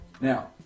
Now